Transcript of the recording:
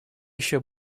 еще